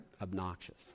obnoxious